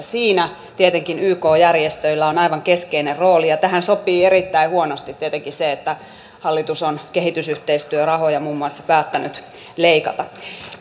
siinä tietenkin yk järjestöillä on aivan keskeinen rooli ja tähän sopii erittäin huonosti tietenkin se että hallitus on kehitysyhteistyörahoja muun muassa päättänyt leikata